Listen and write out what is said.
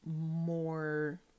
more